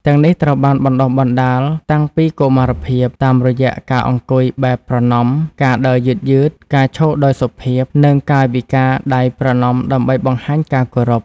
ទាំងនេះត្រូវបានបណ្តុះបណ្តាលតាំងពីកុមារភាព តាមរយៈការអង្គុយបែបប្រណម្យ ការដើរយឺតៗ ការឈរដោយសុភាព និងកាយវិការដៃប្រណម្យដើម្បីបង្ហាញការគោរព។